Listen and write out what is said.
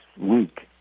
week